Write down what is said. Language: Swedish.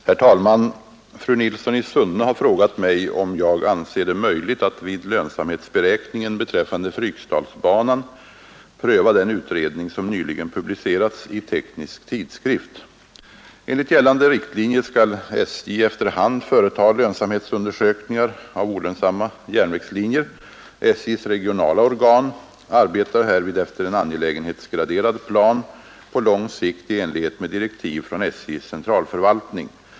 Herr talman! Fru Nilsson i Sunne har frågat mig om jag anser det möjligt att vid lönsamhetsberäkningen beträffande Frykdalsbanan pröva den utredning som nyligen publicerades i Teknisk Tidskrift. Enligt gällande riktlinjer skall SJ efter hand företa lönsamhetsundersökningar av olönsamma järnvägslinjer. SJ:s regionala organ arbetar härvid efter en angelägenhetsgraderad plan på lång sikt i enlighet med direktiv från SJ:s centralförvaltning.